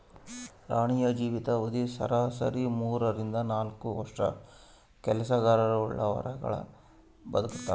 ರಾಣಿಯ ಜೀವಿತ ಅವಧಿ ಸರಾಸರಿ ಮೂರರಿಂದ ನಾಲ್ಕು ವರ್ಷ ಕೆಲಸಗರಹುಳು ವಾರಗಳು ಬದುಕ್ತಾವೆ